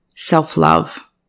self-love